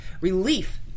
relief